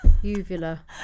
Uvula